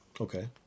Okay